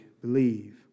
believe